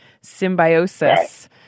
symbiosis